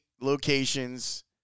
locations